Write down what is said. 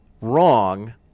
wrong